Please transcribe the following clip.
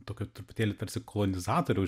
tokio truputėlį tarsi kolonizatoriaus